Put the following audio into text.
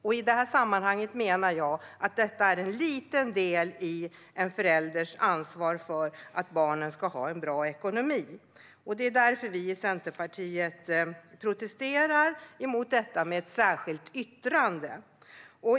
Jag menar att det här är en liten del i en förälders ansvar för att barnen ska ha en bra ekonomi. Centerpartiet protesterar därför mot detta i ett särskilt yttrande.